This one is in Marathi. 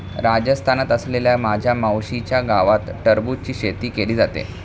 राजस्थानात असलेल्या माझ्या मावशीच्या गावात टरबूजची शेती केली जाते